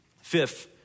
Fifth